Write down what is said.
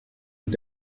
und